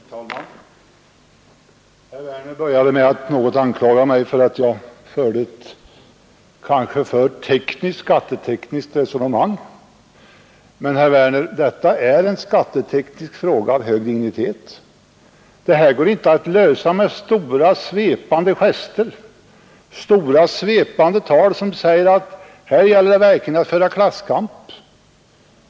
Herr talman! Herr Werner i Tyresö började med att något anklaga mig för att jag förde ett kanske alltför skattetekniskt resonemang. Men, herr Werner, detta är en skatteteknisk fråga av hög dignitet, som inte går att lösa med stora svepande gester och tal om att det verkligen gäller att föra en klasskamp.